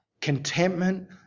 contentment